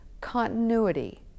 continuity